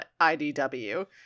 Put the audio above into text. IDW